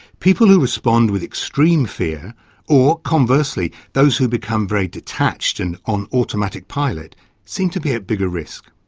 people who respond with extreme fear or, conversely, those who become very detached and on automatic pilot seem to be at bigger risk.